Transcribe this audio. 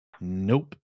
Nope